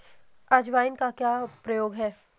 अजवाइन का क्या प्रयोग है?